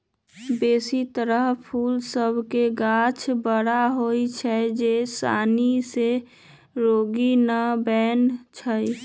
बेशी तर फूल सभ के गाछ कड़ा होइ छै जे सानी से रोगी न बनै छइ